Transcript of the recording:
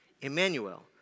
Emmanuel